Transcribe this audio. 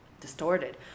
distorted